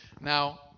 Now